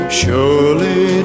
surely